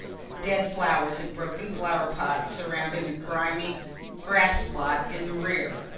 dead flowers in broken flower-pots surrounding a grimy grass-plot in the rear.